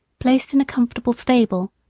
placed in a comfortable stable,